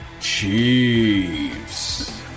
Chiefs